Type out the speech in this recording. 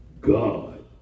God